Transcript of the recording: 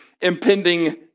impending